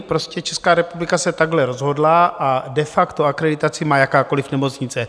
Prostě Česká republika se takhle rozhodla a de facto akreditaci má jakákoli nemocnice.